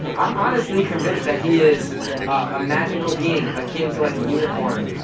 i'm honestly convinced that he is a magical being, akin to like a unicorn,